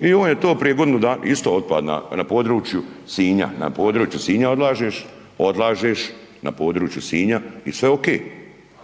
I on je to prije godinu, isto otpad na području Sinja, na području Sinja odlažeš i sve ok, sve ok.